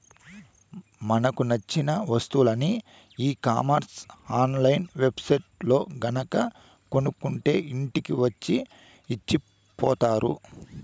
మనకు నచ్చిన వస్తువులని e commerce online web సైట్లల్లో గనక కొనుక్కుంటే ఇంటికి వచ్చి ఇచ్చిపోతారు